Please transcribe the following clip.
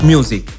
Music